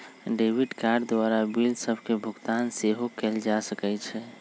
debit card द्वारा bill सभके भुगतान सेहो कएल जा सकइ छै